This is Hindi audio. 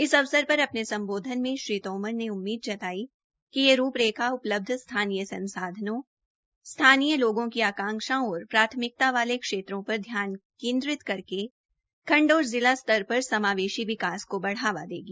इस अवसर पर अपने सम्बोध्न में श्री तोमर ने उम्मीद जताई कि यह रूप रेखा उपलब्घ स्थानीय संसाधनों स्थानीय लोगों की आकांक्षाओं और प्राथमिकता वाले क्षेत्रों पर ध्यान केन्द्रित करके खंड और जिला स्तर पर समावेशी विकास को बढ़ावा देगी